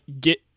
get